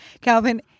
calvin